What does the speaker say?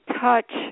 Touch